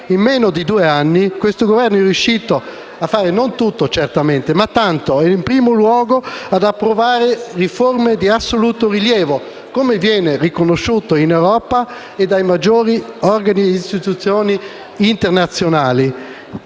In meno di due anni questo Governo è riuscito a fare tanto, in primo luogo ad approvare riforme di assoluto rilievo, come viene riconosciuto in Europa e dai maggiori organi ed istituzioni internazionali.